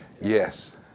Yes